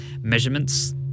measurements